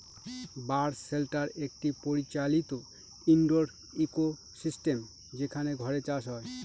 বায় shelter একটি পরিচালিত indoor ecosystem যেখানে ঘরে চাষ হয়